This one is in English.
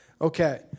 Okay